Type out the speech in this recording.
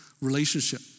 relationship